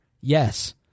Yes